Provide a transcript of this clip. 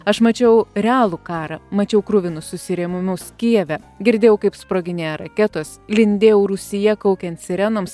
aš mačiau realų karą mačiau kruvinus susirėmimus kijeve girdėjau kaip sproginėja raketos lindėjau rūsyje kaukiant sirenoms